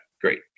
great